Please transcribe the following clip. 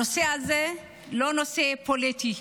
הנושא הזה הוא לא נושא פוליטי,